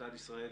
טל ישראלי,